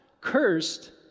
cursed